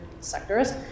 sectors